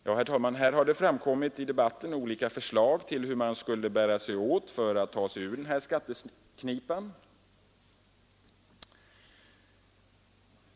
Det har under debatten framkommit olika förslag om hur man skall bära sig åt för att klara sig ur den här skatteknipan.